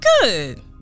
good